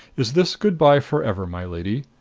is this good-by forever, my lady?